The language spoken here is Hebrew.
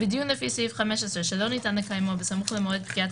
בדיון לפי סעיף 15 שלא ניתן לקיימו בסמוך למועד פקיעת